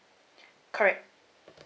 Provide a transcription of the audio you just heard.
correct